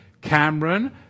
Cameron